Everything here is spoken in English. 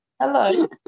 Hello